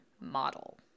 model